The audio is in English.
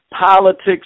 politics